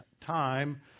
time